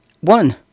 One